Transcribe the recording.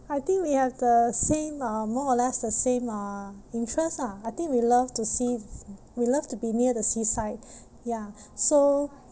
I think we have the same uh more or less the same uh interest lah I think we love to see we love to be near the seaside ya so